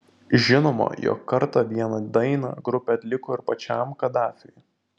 žinoma jog kartą vieną dainą grupė atliko ir pačiam kadafiui